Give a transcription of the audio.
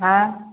हाँ